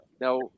Now